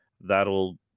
that'll